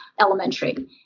Elementary